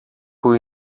πού